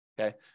Okay